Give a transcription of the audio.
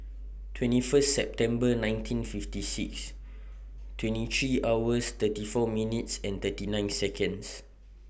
twenty First September nineteen fifty six twenty three hours thirty four minutes and thirty nine Seconds